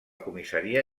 comissaria